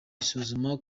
isuzuma